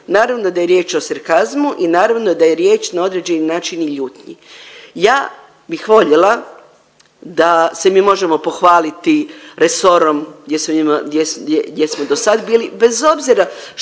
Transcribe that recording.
Naravno da je riječ o sarkazmu i naravno da je riječ na određeni način i ljutnji. Ja bih voljela da se mi možemo pohvaliti resorom gdje smo do sad bili bez obzira